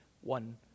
One